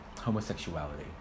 homosexuality